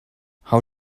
how